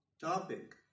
topic